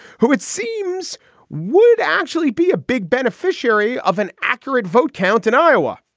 who it seems would actually be a big beneficiary of an accurate vote count in iowa.